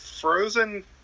frozen